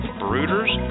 brooders